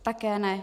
Také ne.